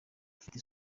bufite